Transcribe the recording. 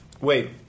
Wait